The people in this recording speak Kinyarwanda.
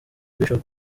bishop